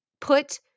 put